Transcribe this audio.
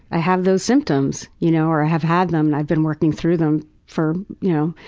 i have those symptoms, you know, or i have had them. and i've been working through them for, you know,